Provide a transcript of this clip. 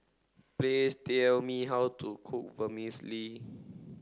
please tell me how to cook Vermicelli